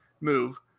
move